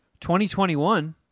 2021